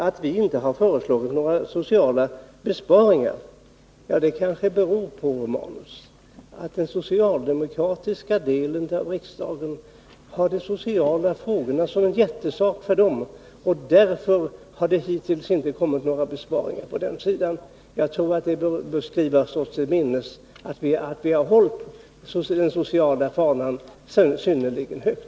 Att vi inte har föreslagit några sociala besparingar kanske beror på att den socialdemokratiska delen av riksdagen har de sociala frågorna som en hjärtesak, och därför har vi hittills inte kommit med några förslag om besparingar på den sidan. Jag tror att man bör skriva sig till minnes att vi har hållit den sociala fanan synnerligen högt.